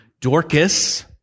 Dorcas